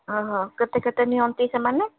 ଓହୋ କେତେ କେତେ ନିଅନ୍ତି ସେମାନେ